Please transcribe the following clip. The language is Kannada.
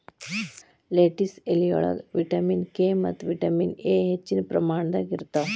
ಲೆಟಿಸ್ ಎಲಿಯೊಳಗ ವಿಟಮಿನ್ ಕೆ ಮತ್ತ ವಿಟಮಿನ್ ಎ ಹೆಚ್ಚಿನ ಪ್ರಮಾಣದಾಗ ಇರ್ತಾವ